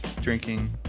drinking